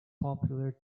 popular